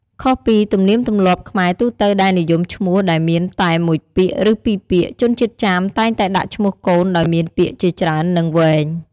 ខុសពីទំនៀមទម្លាប់ខ្មែរទូទៅដែលនិយមឈ្មោះដែលមានតែមួយពាក្យ ឬពីរពាក្យ ជនជាតិចាមតែងតែដាក់ឈ្មោះកូនដោយមានពាក្យជាច្រើន និងវែង។